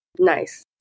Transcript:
nice